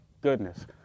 goodness